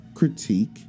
Critique